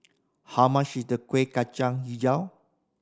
how much is the Kueh Kacang Hijau